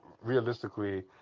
realistically